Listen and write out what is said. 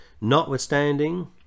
notwithstanding